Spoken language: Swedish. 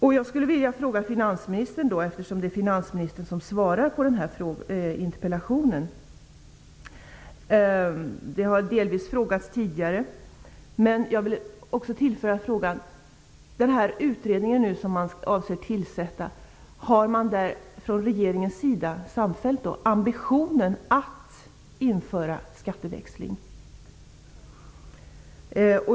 Jag skulle vilja ställa en fråga till finansministern eftersom det är hon som svarar på interpellationen. Frågan har delvis ställts tidigare, men jag vill tillföra följande: Har man från regeringens sida samfällt ambitionen att införa skatteväxling?